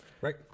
right